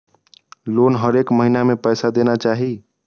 Loan हरेक महीना में पैसा देना चाहि?